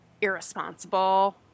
irresponsible